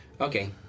Okay